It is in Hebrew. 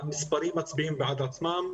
המספרים מצביעים בעד עצמם,